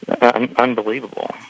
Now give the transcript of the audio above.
unbelievable